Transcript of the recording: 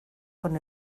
con